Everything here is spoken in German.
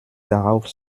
darauf